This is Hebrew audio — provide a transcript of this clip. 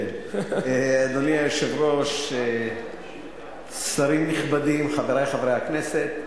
אדוני היושב-ראש, שרים נכבדים, חברי חברי הכנסת,